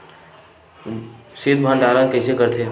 शीत भंडारण कइसे करथे?